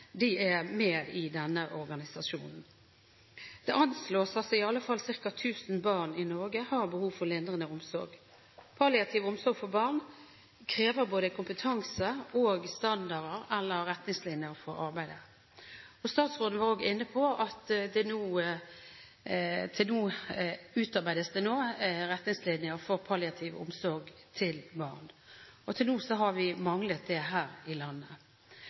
er med i denne organisasjonen. Det anslås at i alle fall tusen barn i Norge har behov for lindrende omsorg. Palliativ omsorg for barn krever både kompetanse og standarder, eller retningslinjer, for arbeidet. Statsråden var òg inne på at det nå utarbeides retningslinjer for palliativ omsorg til barn. Til nå har vi manglet det her i landet.